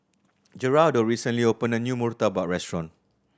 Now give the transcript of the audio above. Gerardo recently opened a new murtabak restaurant